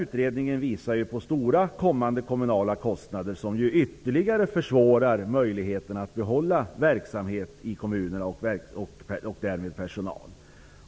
Utredningen visar på stora kommande kommunala kostnader, som ytterligare försvårar möjligheten att behålla verksamhet i kommunerna och därmed personal.